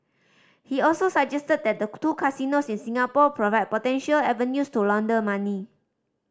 he also suggested that the two casinos in Singapore provide potential avenues to launder money